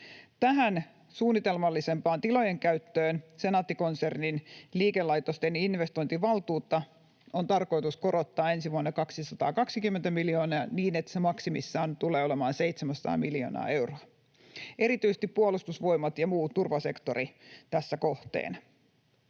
Tähän suunnitelmallisempaan tilojen käyttöön Senaatti-konsernin liikelaitosten investointivaltuutta on tarkoitus korottaa ensi vuonna 220 miljoonaa niin, että se maksimissaan tulee olemaan 700 miljoonaa euroa, erityisesti Puolustusvoimat ja muu turvasektori tässä kohteena.